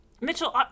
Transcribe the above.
Mitchell